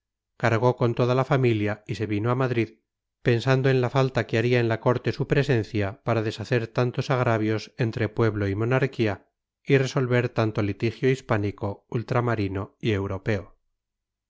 cargó con toda la familia y se vino a madrid pensando en la falta que haría en la corte su presencia para deshacer tantos agravios entre pueblo y monarquía y resolver tanto litigio hispánico ultramarino y europeo